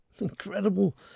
Incredible